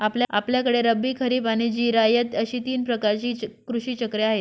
आपल्याकडे रब्बी, खरीब आणि जिरायत अशी तीन प्रकारची कृषी चक्रे आहेत